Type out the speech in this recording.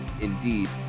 indeed